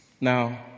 Now